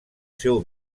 seu